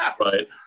right